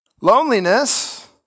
Loneliness